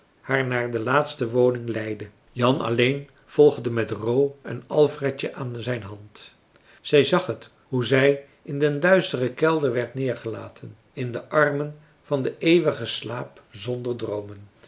haar naar de laatste woning leidde jan alleen volgde met ro en alfredje aan zijn hand zij zag t hoe zij in den duisteren kelder werd neêrgelaten in de armen van den eeuwigen slaap zonder droomen